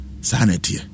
Sanity